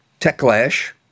TechLash